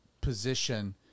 position